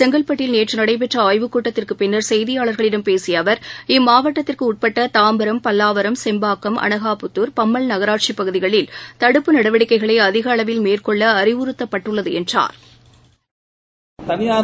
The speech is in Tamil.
செங்கல்பட்டில் நேற்றுநடைபெற்றஆய்வுக் கூட்டத்திற்குப் பின்னர் செய்தியாளர்களிடம் பேசியஅவர் இம்மாவட்டத்திற்குஉட்பட்டதாம்பரம் பல்லாவரம் செம்பாக்கம் அனகாபுத்கார் நகராட்சிபகுதிகளில் தடுப்பு நடவடிக்கைகளைஅதிகளவில் மேற்கொள்ளஅறிவுறுத்தப்பட்டுள்ளதுஎன்றார்